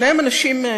שניהם אנשים,